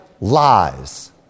lies